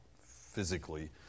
physically